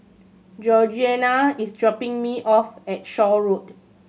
Georgeanna is dropping me off at Shaw Road